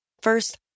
First